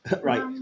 Right